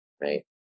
right